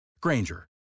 Granger